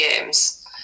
games